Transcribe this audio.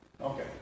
Okay